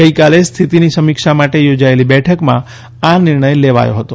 ગઇકાલે સ્થિતિની સમીક્ષા માટે યોજાયેલી બેઠકમાં આ નીર્ણથ લેવાયો હતો